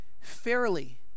fairly